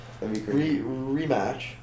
Rematch